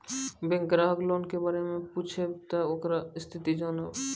Bank ग्राहक loan के बारे मैं पुछेब ते ओकर स्थिति जॉनब?